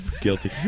Guilty